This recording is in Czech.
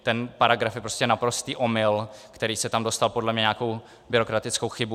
Ten paragraf je prostě naprostý omyl, který se tam dostal podle mě nějakou byrokratickou chybou.